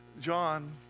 John